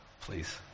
Please